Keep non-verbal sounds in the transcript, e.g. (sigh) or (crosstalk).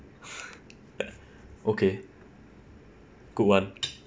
(laughs) okay good one